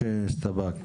או שהסתפקת?